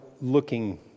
looking